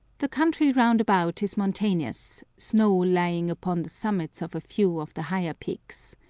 the country round about is mountainous, snow lying upon the summits of a few of the higher peaks.